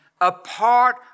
apart